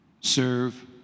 serve